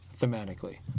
thematically